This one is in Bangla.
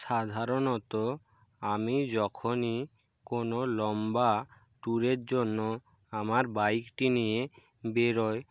সাধারণত আমি যখনই কোনো লম্বা ট্যুরের জন্য আমার বাইকটি নিয়ে বেরোই